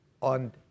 on